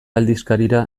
aldizkarira